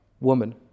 woman